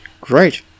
Great